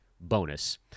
bonus